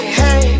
hey